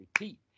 repeat